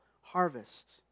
harvest